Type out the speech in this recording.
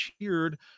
cheered